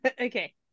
Okay